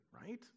right